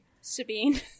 sabine